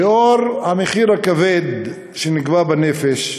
לנוכח המחיר הכבד שנגבה בנפש,